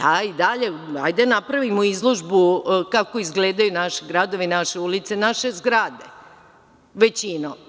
Hajde, da napravimo izložbu kako izgledaju naši gradovi, naše ulice, naše zgrade, većina.